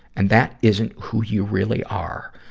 and that isn't who you really are.